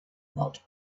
but